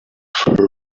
her